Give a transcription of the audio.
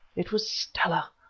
it was stella!